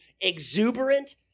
exuberant